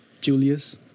Julius